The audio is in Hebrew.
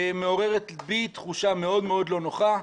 מעוררת בי תחושה מאוד מאוד לא נוחה.